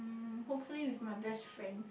um hopefully with my best friend